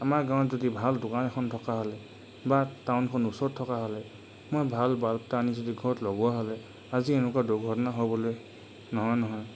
আমাৰ গাঁৱত যদি ভাল দোকান এখন থকা হ'লে বা টাউনখন ওচৰত থকা হ'লে মই ভাল বাল্ব এটা আনি যদি ঘৰত লগোৱা হ'লে আজি এনেকুৱা দুৰ্ঘটনা হ'বলৈ নহয় নহয়